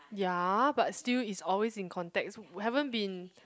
ya but still is always in context haven't been